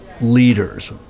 leaders